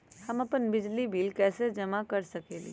हम अपन बिजली बिल कैसे जमा कर सकेली?